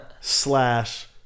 slash